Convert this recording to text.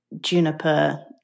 Juniper